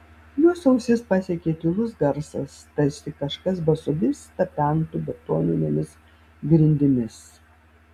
jos ausis pasiekė tylus garsas tarsi kažkas basomis tapentų betoninėmis grindimis